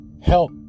help